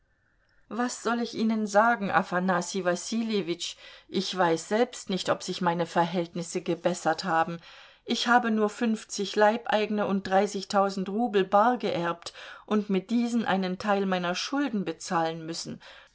was soll ich ihnen sagen afanassij wassiljewitsch ich weiß selbst nicht ob sich meine verhältnisse gebessert haben ich habe nur fünfzig leibeigene und dreißigtausend rubel bar geerbt und mit diesen einen teil meiner schulden bezahlen müssen